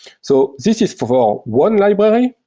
so this is for for one library,